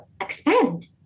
expand